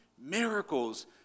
miracles